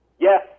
Yes